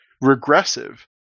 regressive